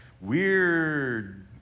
weird